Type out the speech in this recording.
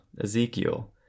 Ezekiel